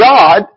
God